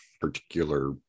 particular